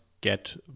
get